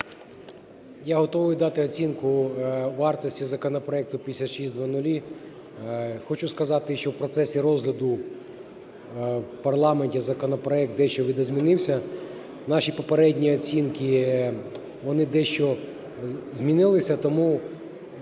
Я готовий дати оцінку вартості законопроекту 5600. Хочу сказати, що в процесі розгляду в парламенті законопроект дещо видозмінився, наші попередні оцінки, вони дещо змінилися. Тому